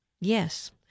Yes